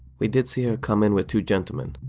we did see her come in with two gentlemen.